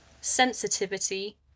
sensitivity